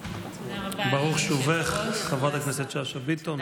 ברוך שובך, חברת הכנסת שאשא ביטון.